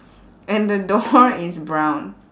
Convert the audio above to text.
and the door is brown